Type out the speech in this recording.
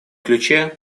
ключе